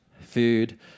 food